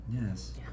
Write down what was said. Yes